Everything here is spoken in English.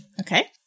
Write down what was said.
Okay